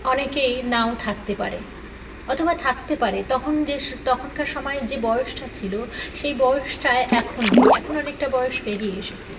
অনেকেই নাও থাকতে পারে অথবা থাকতে পারে তখন যে তখনকার সময় যে বয়সটা ছিলো সেই বয়সটায় এখন নেই এখন অনেকটা বয়স পেরিয়ে এসেছি